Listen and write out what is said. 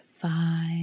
Five